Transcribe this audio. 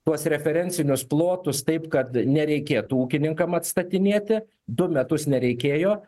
tuos referencinius plotus taip kad nereikėtų ūkininkam atstatinėti du metus nereikėjo